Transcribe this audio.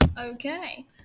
Okay